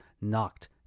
knocked